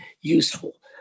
useful